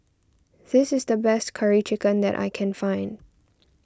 this is the best Curry Chicken that I can find